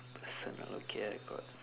personal okay I got